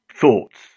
thoughts